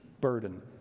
burden